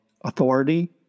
authority